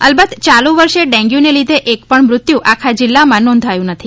અલબત્ત ચાલુ વર્ષે ડેન્ગ્યુને લીધે એકપણ મૃત્યૃ આખા જીલ્લામાં નોંધાયુ નથી